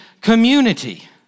community